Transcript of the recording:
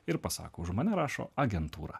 ir pasako už mane rašo agentūra